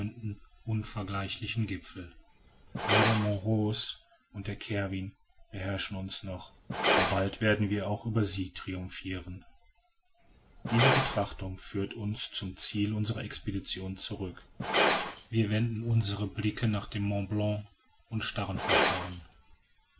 unvergleichlichen gipfel nur der mont rose und der cervin beherrschen uns noch aber bald werden wir auch über sie triumphiren diese betrachtung führt uns zum ziel unserer expedition zurück wir wenden unsere blicke nach dem mont blanc und stehen starr vor